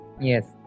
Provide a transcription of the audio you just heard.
Yes